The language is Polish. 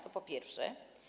To po pierwsze.